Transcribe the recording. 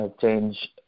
change